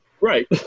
Right